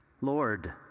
Lord